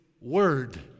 word